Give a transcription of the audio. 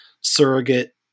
surrogate